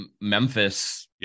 Memphis